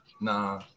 Nah